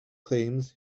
claims